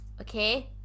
Okay